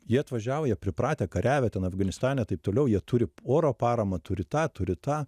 jie atvažiavo jie pripratę kariavę ten afganistane taip toliau jie turi oro paramą turi tą turi tą